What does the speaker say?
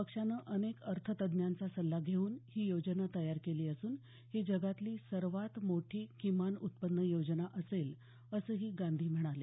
पक्षानं अनेक अर्थतज्ज्ञांचा सल्ला घेऊन ही योजना तयार केली असून ही जगातली सर्वात मोठी किमान उत्पन्न योजना असेल असंही गांधी म्हणाले